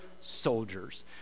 soldiers